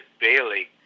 bailey